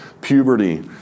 puberty